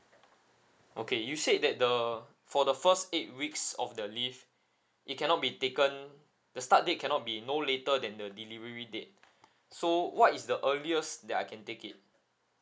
okay you said that the for the first eight weeks of the leave it cannot be taken the start date cannot be no later than the delivery date so what is the earliest that I can take it